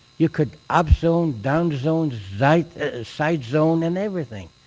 you could upzone, downzone, site site zone and everything.